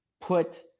put